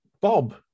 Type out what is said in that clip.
Bob